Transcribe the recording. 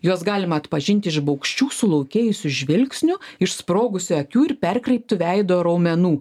juos galima atpažinti iš baugščių sulaukėjusių žvilgsnių išsprogusių akių ir perkreiptų veido raumenų